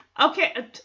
Okay